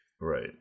right